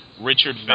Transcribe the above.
Richard